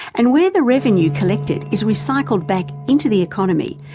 and where the revenue collected is recycled back into the economy,